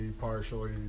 partially